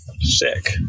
Sick